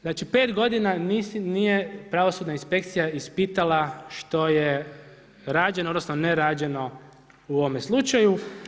Znači 5 godina nije pravosudna inspekcija ispitala što je rađeno odnosno ne rađeno u ovome slučaju.